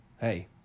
Hey